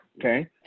Okay